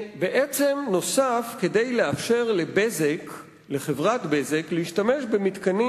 שנוסף כדי לאפשר לחברת "בזק" להשתמש במתקנים